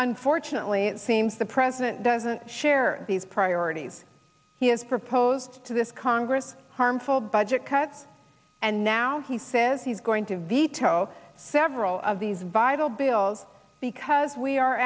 unfortunately it seems the president doesn't share these priorities he has proposed to this congress harmful budget cuts and now he says he's going to veto several of these vital bills because we are